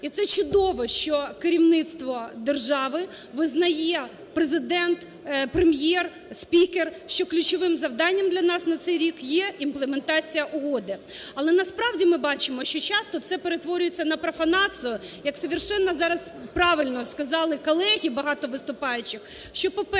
І це чудово, що керівництво держави визнає – Президент, Прем'єр, спікер – що ключовим завданням для нас на цей рік є імплементація угоди. Але насправді ми бачимо, що часто це перетворюється на профанацію, як совершенно зараз правильно сказали колеги, багато виступаючих, що, по-перше,